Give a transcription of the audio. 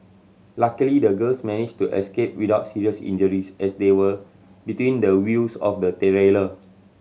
luckily the girls managed to escape without serious injuries as they were between the wheels of the